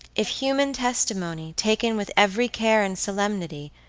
if human testimony, taken with every care and solemnity,